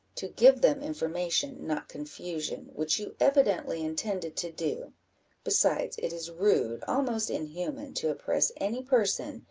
to give them information, not confusion, which you evidently intended to do besides, it is rude, almost inhuman, to oppress any person,